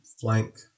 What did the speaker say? flank